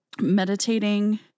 meditating